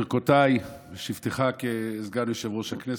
ברכותיי בשבתך כסגן יושב-ראש הכנסת.